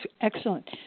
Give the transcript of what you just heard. excellent